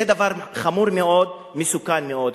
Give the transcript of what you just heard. זה דבר חמור מאוד ומסוכן מאוד,